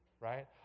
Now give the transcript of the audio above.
right